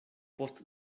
post